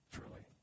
Truly